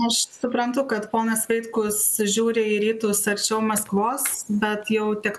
aš suprantu kad ponas vaitkus žiūri į rytus arčiau maskvos bet jau tik